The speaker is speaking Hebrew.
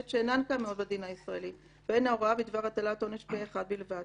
שאינן קיימות בדין הישראלי והן ההוראה בדבר הטלת עונש פה-אחד בלבד.